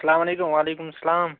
السلامُ علیکُم وعلیکُم السلام